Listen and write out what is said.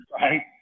Right